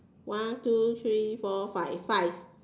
one two three four five five